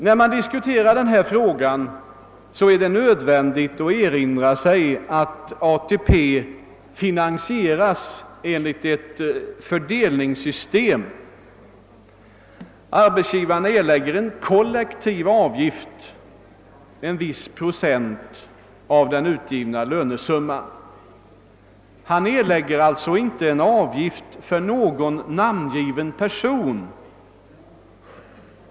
När man diskuterar detta spörsmål är det nödvändigt att erinra sig att ATP finansieras enligt ett fördelningssystem. Arbetsgivarna erlägger en kollektiv avgift i form av en viss procent av den utgivna lönesumman. De betalar alltså inte en avgift för någon namngiven person.